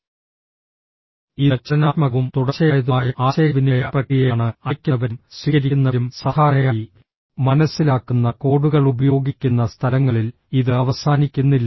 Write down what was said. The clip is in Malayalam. ഇത് ചലനാത്മകവും തുടർച്ചയായതുമായ ആശയവിനിമയ പ്രക്രിയയാണ് അയയ്ക്കുന്നവരും സ്വീകരിക്കുന്നവരും സാധാരണയായി മനസ്സിലാക്കുന്ന കോഡുകൾ ഉപയോഗിക്കുന്ന സ്ഥലങ്ങളിൽ ഇത് അവസാനിക്കുന്നില്ല